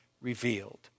revealed